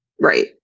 Right